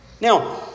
Now